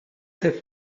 have